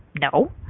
No